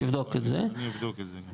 תבדוק את זה, אני אבדוק את זה.